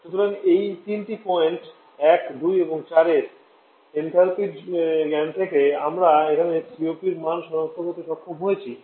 সুতরাং এই তিনটি পয়েন্ট 1 2 এবং 4 এর এনথ্যাল্পির জ্ঞান থেকে আমরা এখান থেকে COP মান সনাক্ত করতে সক্ষম হয়েছি